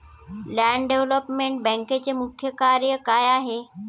Land development बँकेचे मुख्य कार्य काय आहे?